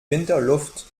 winterluft